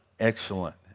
Excellent